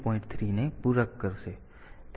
3 ને પૂરક કરશે